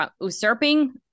usurping